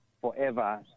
forever